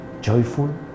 joyful